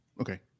Okay